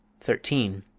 thirteen.